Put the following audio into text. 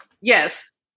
yes